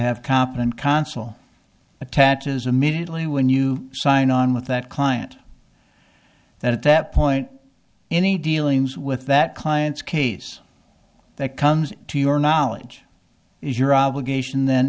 have competent consul attaches a minutely when you sign on with that client that at that point any dealings with that client's case that comes to your knowledge is your obligation then